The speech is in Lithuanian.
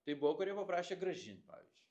tai buvo kurie paprašė grąžint pavyzdžiui